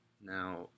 Now